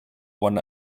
one